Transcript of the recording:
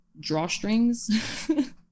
drawstrings